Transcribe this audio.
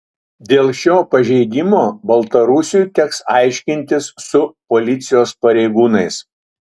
dėl šio pažeidimo baltarusiui teks aiškintis su policijos pareigūnais